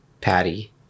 Patty